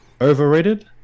overrated